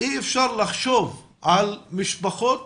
אי אפשר לחשוב על משפחות